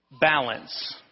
balance